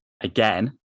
again